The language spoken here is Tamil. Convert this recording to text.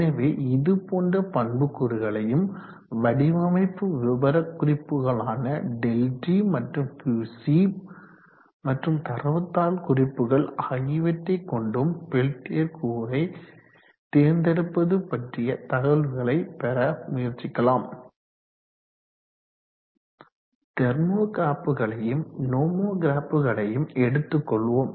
எனவே இது போன்ற பண்புக்கூறுகளையும் வடிவமைப்பு விவரக்குறிப்புகளான ΔT மற்றும் QC மற்றும் தரவுத்தாள் குறிப்புகள் ஆகியவற்றை கொண்டும் பெல்டியர் கூறை தேர்ந்தெடுப்பது பற்றிய தகவல்களை பெற முயற்சிக்கலாம் தெர்மோகிராப்களையும் நோமோகிராப்களையும் எடுத்து கொள்வோம்